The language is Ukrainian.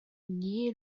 однієї